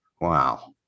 Wow